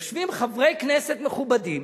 יושבים חברי כנסת מכובדים